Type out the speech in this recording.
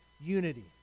unity